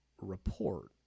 report